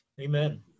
Amen